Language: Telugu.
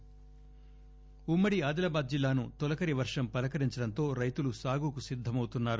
ఆదిలాబాద్ ఉమ్మడి అదిలాబాద్ జిల్లాను తొలకరి వర్షం పలకరించడంతో రైతులు సాగుకు సన్నద్దమవుతున్నారు